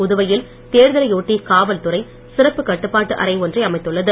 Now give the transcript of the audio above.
புதுவையில் தேர்தலையொட்டி காவல் துறை சிறப்பு கட்டுப்பாட்டு அறை ஒன்றை அமைத்துள்ளது